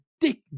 dick